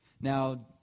Now